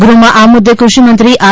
ગૃહમાં આ મુદ્દે કૃષિમંત્રી આર